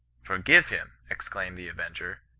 for give him exclaimed the avenger.